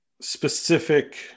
specific